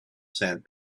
sand